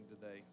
today